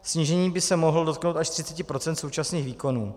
Snížení by se mohlo dotknout až 30 % současných výkonů.